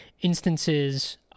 instances